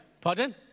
Pardon